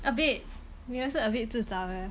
a bit 你的是 a bit 自找的